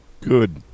Good